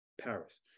Paris